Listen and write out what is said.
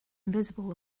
invisible